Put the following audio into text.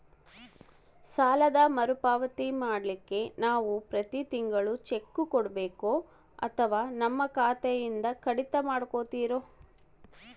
ಸಾಲದ ಮರುಪಾವತಿ ಮಾಡ್ಲಿಕ್ಕೆ ನಾವು ಪ್ರತಿ ತಿಂಗಳು ಚೆಕ್ಕು ಕೊಡಬೇಕೋ ಅಥವಾ ನಮ್ಮ ಖಾತೆಯಿಂದನೆ ಕಡಿತ ಮಾಡ್ಕೊತಿರೋ?